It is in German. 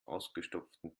ausgestopften